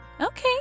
Okay